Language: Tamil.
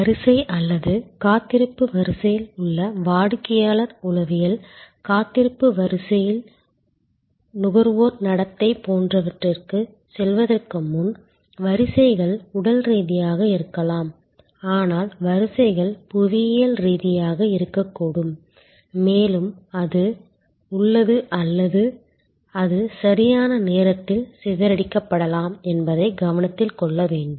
வரிசை அல்லது காத்திருப்பு வரிசையில் உள்ள வாடிக்கையாளர் உளவியல் காத்திருப்பு வரிசையில் நுகர்வோர் நடத்தை போன்றவற்றிற்குச் செல்வதற்கு முன் வரிசைகள் உடல் ரீதியாக இருக்கலாம் ஆனால் வரிசைகள் புவியியல் ரீதியாகவும் இருக்கக்கூடும் மேலும் அது உள்ளது அல்லது அது சரியான நேரத்தில் சிதறடிக்கப்படலாம் என்பதைக் கவனத்தில் கொள்ள வேண்டும்